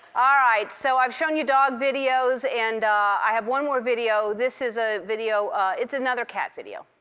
ah right, so i've shown you dog videos. and i have one more video. this is a video it's another cat video.